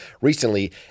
recently